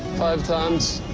five times,